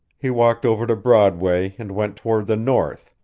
he walked over to broadway and went toward the north,